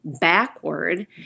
backward